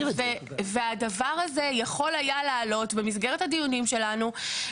והדבר הזה יכול היה לעלות במסגרת הדיונים שלנו.